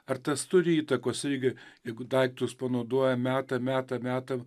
ar tas turi įtakos irgi jeigu daiktus panaudoja meta meta meta